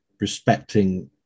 respecting